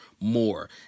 more